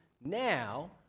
Now